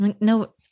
No